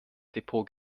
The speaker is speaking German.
depot